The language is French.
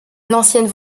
l’ancienne